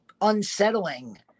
unsettling